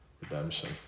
redemption